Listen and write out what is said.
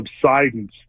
subsidence